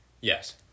Yes